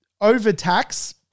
overtax